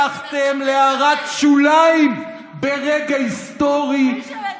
אתם הפכתם להערת שוליים ברגע היסטורי, מי שמדבר.